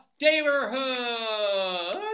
neighborhood